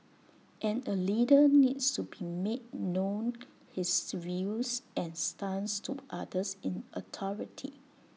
and A leader needs to be make known his views and stance to others in authority